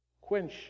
quench